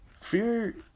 Fear